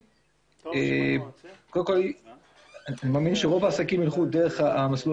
אני מאמין שרוב העסקים ילכו דרך המסלול